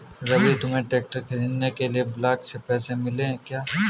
रवि तुम्हें ट्रैक्टर खरीदने के लिए ब्लॉक से पैसे मिले क्या?